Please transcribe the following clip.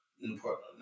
important